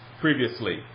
previously